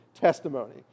testimony